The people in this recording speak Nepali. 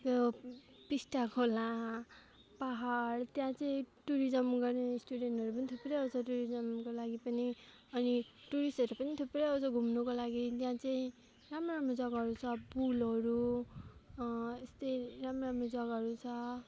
त्यो टिस्टा खोला पहाड त्यहाँ चाहिँ टुरिज्म गर्ने स्टुडेन्टहरू पनि थुप्रै आउँछ टुरिज्मको लागि पनि अनि टुरिस्टहरू पनि थुप्रै आउँछ घुम्नको लागि त्यहाँ चाहिँ राम्रो राम्रो जग्गाहरू छ पुलहरू यस्तै राम्रो राम्रो जग्गाहरू छ